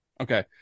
Okay